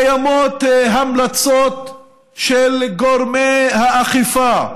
קיימות המלצות של גורמי האכיפה,